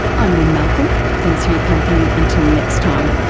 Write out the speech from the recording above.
i'm lynne malcolm, thanks for your company, until next time